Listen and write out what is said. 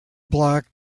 black